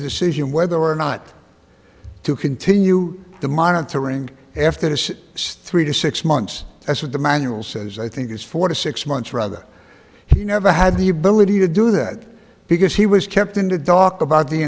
decision whether or not to continue the monitoring after this story to six months as with the manual says i think it's four to six months rather he never had the ability to do that because he was kept in to talk about the